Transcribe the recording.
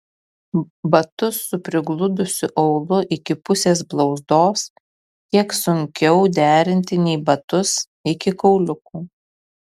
batus su prigludusiu aulu iki pusės blauzdos kiek sunkiau derinti nei batus iki kauliukų